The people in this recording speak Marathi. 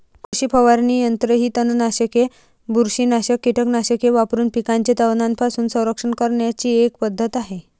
कृषी फवारणी यंत्र ही तणनाशके, बुरशीनाशक कीटकनाशके वापरून पिकांचे तणांपासून संरक्षण करण्याची एक पद्धत आहे